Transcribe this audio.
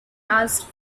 asked